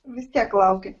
vis tiek laukia